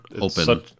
open